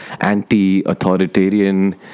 anti-authoritarian